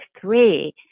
three